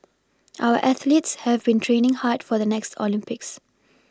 our athletes have been training hard for the next Olympics